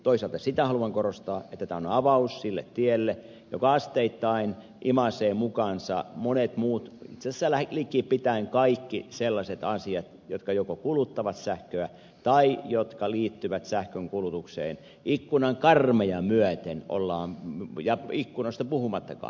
toisaalta sitä haluan korostaa että tämä on avaus sille tielle joka asteittain imaisee mukaansa monet muut itse asiassa likipitäen kaikki sellaiset asiat jotka joko kuluttavat sähköä tai jotka liittyvät sähkönkulutukseen ikkunan karmeja myöten ja ikkunoista puhumattakaan